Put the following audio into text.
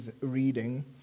reading